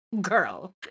girl